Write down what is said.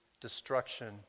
destruction